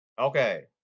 Okay